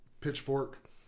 pitchfork